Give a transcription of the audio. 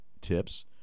Tips